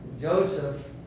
Joseph